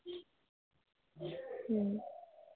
হুম